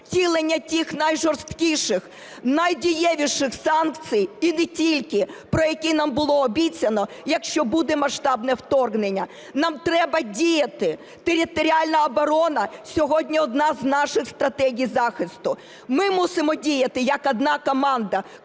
втілення тих найжорсткіших найдієвіших санкцій, і не тільки, про які нам було обіцяно, якщо буде масштабне вторгнення. Нам треба діяти. Територіальна оборона сьогодні – одна з наших стратегій захисту. Ми мусимо діяти як одна команда,